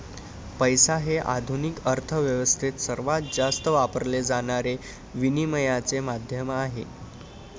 पैसा हे आधुनिक अर्थ व्यवस्थेत सर्वात जास्त वापरले जाणारे विनिमयाचे माध्यम आहे